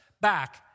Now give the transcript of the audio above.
back